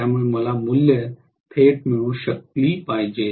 त्यामुळे मला मूल्ये थेट मिळू शकली पाहिजेत